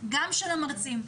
גם של המרצים.